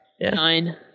Nine